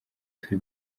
turi